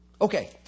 Okay